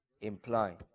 imply